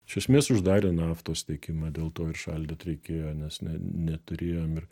iš esmės uždarė naftos tiekimą dėl to ir šaldyt reikėjo nes ne neturėjom ir